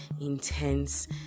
intense